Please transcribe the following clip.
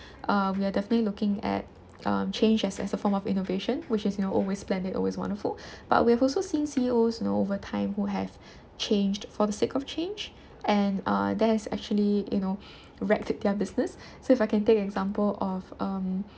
uh we are definitely looking at um change as as a form of innovation which is you know always splendid always wonderful but we have also seen C_E_Os you know over time who have changed for the sake of change and uh that has actually you know wrecked their business so if I can take an example of um